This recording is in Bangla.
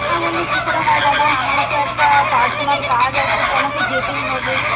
ওটা বললে কি করে হয় দাদা আমারও তো একটা পার্সোনাল কাজ আছে তো আমাকে যেতেই হবে